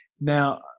Now